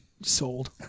Sold